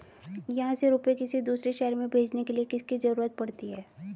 यहाँ से रुपये किसी दूसरे शहर में भेजने के लिए किसकी जरूरत पड़ती है?